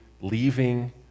leaving